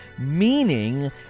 meaning